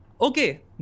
okay